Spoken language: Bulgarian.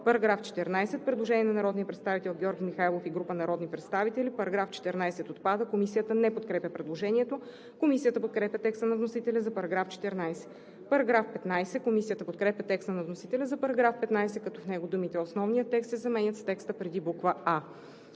По § 14 има предложение на народния представител Георги Михайлов и група народни представители –§ 14 отпада. Комисията не подкрепя предложението. Комисията подкрепя текста на вносителя за § 14. Комисията подкрепя текста на вносителя за § 15, като в него думите „основния текст“ се заменят с „текста преди буква